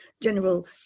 General